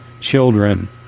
children